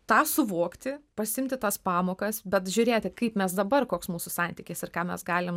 tą suvokti pasiimti tas pamokas bet žiūrėti kaip mes dabar koks mūsų santykis ir ką mes galim